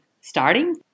starting